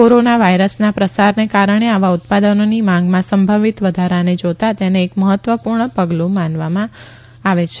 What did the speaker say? corona વાયરસના પ્રસારને કારણે આવા ઉત્પાદનોની માંગમાં સંભવિત વધારાને જોતા તેને એક મહત્વપૂર્ણ પગલું માનવામાં આવે છે